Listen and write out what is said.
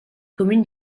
communes